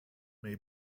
may